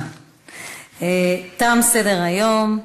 תם סדר-היום.